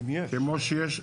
אם יש.